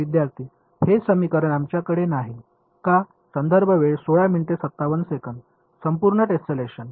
विद्यार्थी हे समीकरण आमच्याकडे नाही का संपूर्ण टेस्लेशन